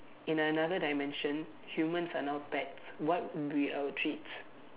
in another dimension humans are now pets what will be our treats